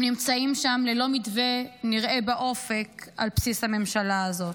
הם נמצאים שם ללא מתווה נראה באופק על בסיס הממשלה הזאת,